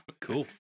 Cool